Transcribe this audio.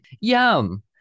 Yum